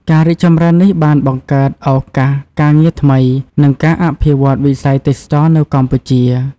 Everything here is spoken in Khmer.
ការរីកចម្រើននេះបានបង្កើតឱកាសការងារថ្មី និងការអភិវឌ្ឍន៍វិស័យទេសចរណ៍នៅកម្ពុជា។